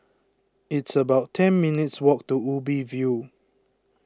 it's about ten minutes' walk to Ubi View